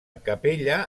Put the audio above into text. capella